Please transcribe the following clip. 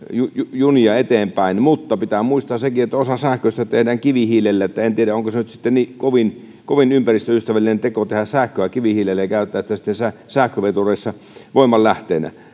junia eteenpäin mutta pitää muistaa sekin että osa sähköstä tehdään kivihiilellä eli en tiedä onko se nyt sitten niin kovin kovin ympäristöystävällinen teko tehdä sähköä kivihiilellä ja käyttää sitä sitten sähkövetureissa voimanlähteenä